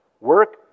work